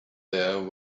there